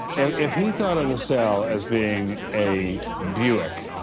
and if he thought of the cell as being a buick,